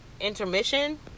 intermission